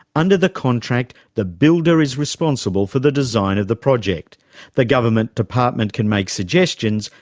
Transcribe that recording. under the contract, the builder is responsible for the design of the project the government department can make suggestions,